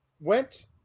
Went